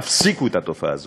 תפסיקו את התופעה הזאת.